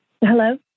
Hello